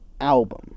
album